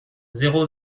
zéro